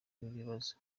ibibazo